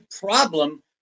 problem